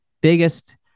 biggest